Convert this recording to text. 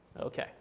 Okay